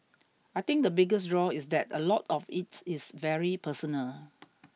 I think the biggest draw is that a lot of it is very personal